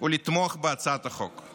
ולתמוך בהצעת החוק.